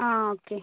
ആ ഓക്കെ